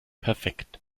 perfekt